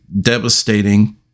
devastating